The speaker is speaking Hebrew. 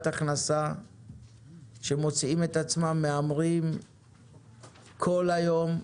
הכנסה שמוצאים את עצמם מהמרים כל היום,